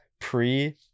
pre